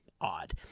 odd